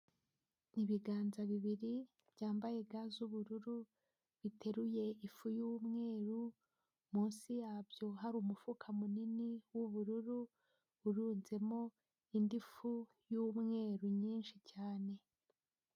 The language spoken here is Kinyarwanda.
Ni ibiganza bibiri byambaye ga z'ubururu biteruye ifu yumweru munsi yabyo hari umufuka munini w'ubururu urunzemo indi fu y'umweru nyinshi cyane.